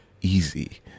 Easy